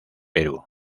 perú